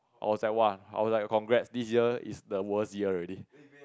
oh I like !wah! I was like congrats this year is the worst year already